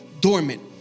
dormant